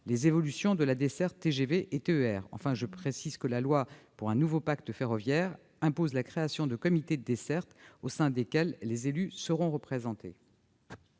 et de trains express régionaux, les TER. Enfin, je précise que la loi pour un nouveau pacte ferroviaire impose la création de comités de desserte au sein desquels les élus seront représentés.